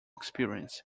experience